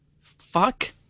...fuck